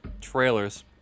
trailers